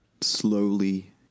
slowly